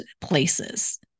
places